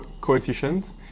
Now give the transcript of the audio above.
coefficient